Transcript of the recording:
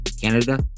Canada